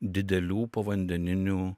didelių povandeninių